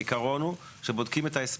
העיקרון הוא שבודקים את ההספק.